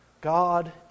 God